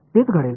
तेच घडेल